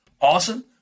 awesome